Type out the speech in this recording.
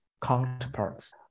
counterparts